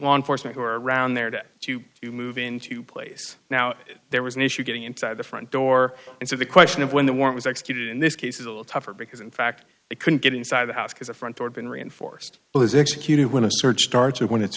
law enforcement were around there to to move into place now there was an issue getting inside the front door and so the question of when the warrant was executed in this case is a little tougher because in fact they couldn't get inside the house because a front door been reinforced was executed when